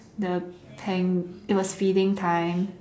the peng~ it was feeding time